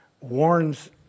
warns